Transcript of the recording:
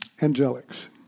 angelics